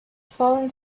fallen